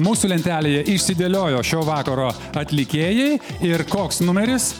mūsų lentelėje išsidėliojo šio vakaro atlikėjai ir koks numeris